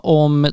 om